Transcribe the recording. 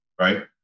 Right